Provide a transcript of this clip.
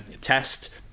test